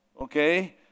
Okay